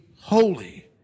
holy